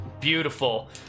Beautiful